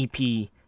EP